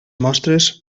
mostres